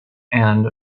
and